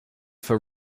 for